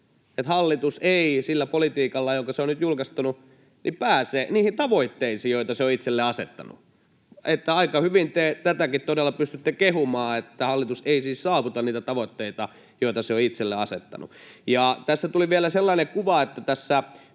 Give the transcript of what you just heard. että hallitus ei sillä politiikalla, jonka se on nyt julkistanut, pääse niihin tavoitteisiin, joita se on itselleen asettanut. Aika hyvin te tätäkin todella pystytte kehumaan, että hallitus ei siis saavuta niitä tavoitteita, joita se on itselleen asettanut. Ja tässä tuli vielä sellainen kuva, kun tässä